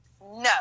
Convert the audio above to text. No